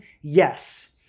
yes